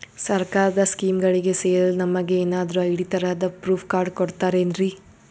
ಸರ್ಕಾರದ ಸ್ಕೀಮ್ಗಳಿಗೆ ಸೇರಲು ನಮಗೆ ಏನಾದ್ರು ಐ.ಡಿ ತರಹದ ಪ್ರೂಫ್ ಕಾರ್ಡ್ ಕೊಡುತ್ತಾರೆನ್ರಿ?